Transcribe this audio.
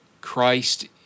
Christ